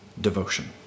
devotion